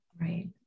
Right